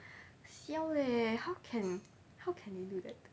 siao leh how can how can do that